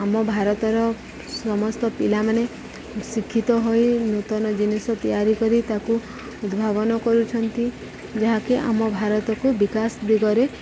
ଆମ ଭାରତର ସମସ୍ତ ପିଲାମାନେ ଶିକ୍ଷିତ ହୋଇ ନୂତନ ଜିନିଷ ତିଆରି କରି ତାକୁ ଉଦ୍ଭାବନ କରୁଛନ୍ତି ଯାହାକି ଆମ ଭାରତକୁ ବିକାଶ ଦିଗରେ